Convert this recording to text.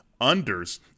unders